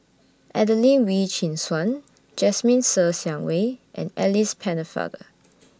Adelene Wee Chin Suan Jasmine Ser Xiang Wei and Alice Pennefather